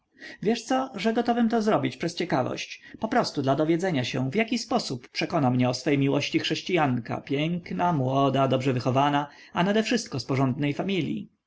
wiesz co że gotówem to zrobić przez ciekawość poprostu dla dowiedzenia się w jaki sposób przekona mnie o swej miłości chrześcianka piękna młoda dobrze wychowana a nadewszystko z porządnej familii